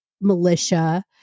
militia